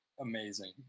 amazing